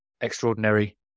extraordinary